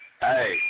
Hey